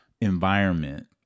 environment